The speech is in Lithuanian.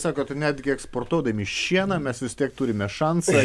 sako tai netgi eksportuodami šieną mes vis tiek turime šansą